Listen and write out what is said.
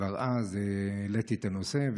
כבר אז העליתי את הנושא,